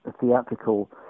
theatrical